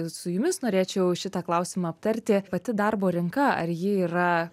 su jumis norėčiau šitą klausimą aptarti pati darbo rinka ar ji yra